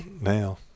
now